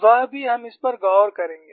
वह भी हम इस पर गौर करेंगे